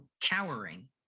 cowering